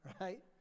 right